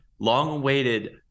Long-awaited